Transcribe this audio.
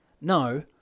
No